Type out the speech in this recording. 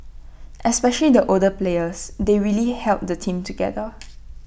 especially the older players they really held the team together